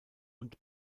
und